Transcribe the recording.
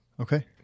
okay